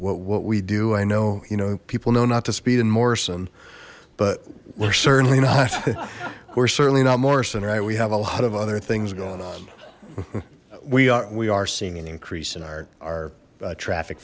what we do i know you know people know not to speed in morrison but we're certainly not fit we're certainly not morrison right we have a lot of other things going on we are we are seeing an increase in our our traffic